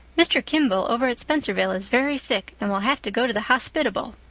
mr. kimball over at spenservale is very sick and will have to go to the hospitable.